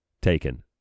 taken